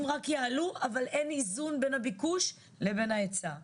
רק יעלו אבל אין איזון בין הביקוש לבין ההיצע.